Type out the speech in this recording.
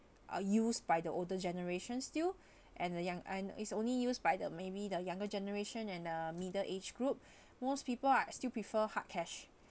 are used by the older generation still and the young and is only used by the maybe the younger generation and the middle age group most people are still prefer hard cash